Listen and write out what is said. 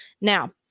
Now